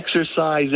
Exercise